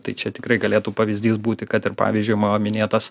tai čia tikrai galėtų pavyzdys būti kad ir pavyzdžiui mano minėtas